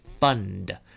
Fund